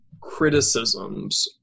criticisms